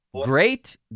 Great